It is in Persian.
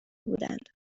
بودند